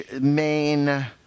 main